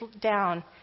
down